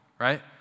right